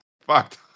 fucked